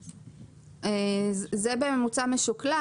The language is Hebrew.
זה בממוצע משוקלל.